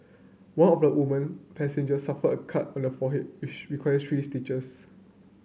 one of the woman passengers suffered a cut on her forehead which required three stitches